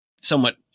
somewhat